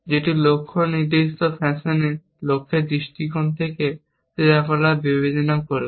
যেটি লক্ষ্য নির্দেশিত ফ্যাশনে লক্ষ্যের দৃষ্টিকোণ থেকে ক্রিয়াকলাপ বিবেচনা করবে